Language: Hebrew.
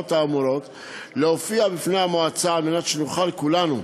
התופעות האמורות להופיע חפני המועצה על מנת שנוכל כולנו,